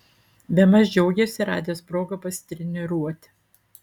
bemaž džiaugėsi radęs progą pasitreniruoti